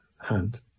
hand